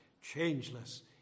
changeless